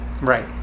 Right